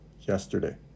yesterday